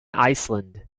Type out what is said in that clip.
iceland